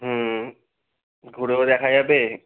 হুম ঘুরেও দেখা যাবে